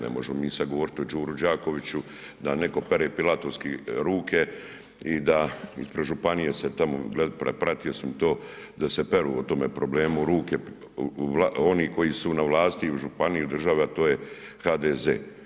Ne možemo mi sada govoriti o Đuri Đakoviću da neko pere pilatovski ruke i da se ispred županije tamo, pratio sam to, da se peru o tome problemu ruke oni koji su na vlasti i u županiji i u državi, a to je HDZ.